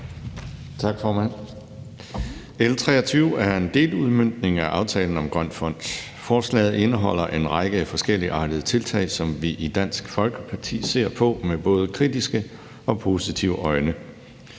Tak, formand. L 23 er en deludmøntning af aftalen om Grøn Fond. Forslaget indeholder en række forskelligartede tiltag, som vi i Dansk Folkeparti ser på med både kritiske og positive øjne.